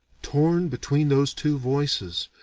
torn between those two voices,